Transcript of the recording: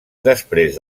després